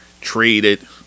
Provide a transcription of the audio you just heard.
traded